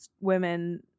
women